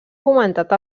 comentat